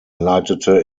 leitete